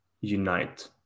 unite